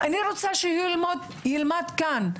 אני רוצה שהוא ילמד כאן.